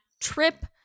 Trip